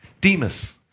Demas